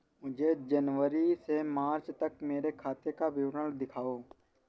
मुझे जनवरी से मार्च तक मेरे खाते का विवरण दिखाओ?